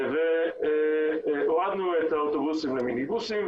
והורדנו את האוטובוסים למיניבוסים,